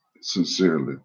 sincerely